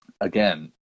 again